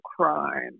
crime